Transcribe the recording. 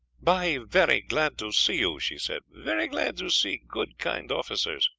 bahi very glad to see you, she said, very glad to see good, kind officers.